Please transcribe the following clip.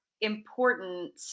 important